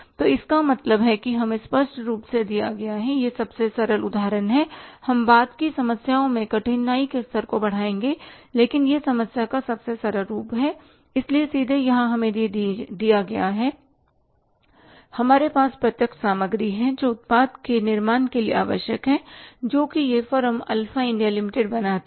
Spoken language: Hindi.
तो इसका मतलब है कि हमें स्पष्ट रूप से दिया गया हैं यह सबसे सरल उदाहरण है हम बाद की समस्याओं में कठिनाई के स्तर को बढ़ाएंगे लेकिन यह समस्या का सबसे सरल रूप है इसलिए सीधे यहां हमें दिया गया है हमारे पास प्रत्यक्ष सामग्री है जो उत्पाद के निर्माण के लिए आवश्यक है जो कि यह फर्म अल्फा इंडिया लिमिटेड बनाती है